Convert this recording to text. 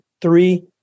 three